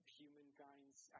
humankind's